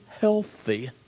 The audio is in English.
healthy